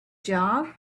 job